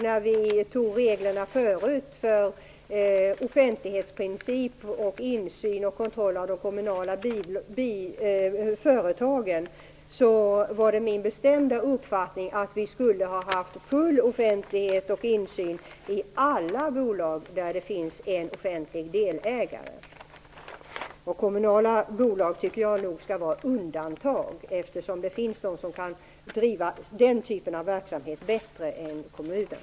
När vi förut antog reglerna om offentlighetsprincipen samt om insynen och kontrollen av de kommunala företagen var det min bestämda uppfattning att vi skulle ha haft full offentlighet och insyn i alla bolag där det finns en offentlig delägare. Men kommunala bolag skall nog, tycker jag, utgöra undantag. Det finns ju de som kan driva den typen av verksamhet bättre än kommunen.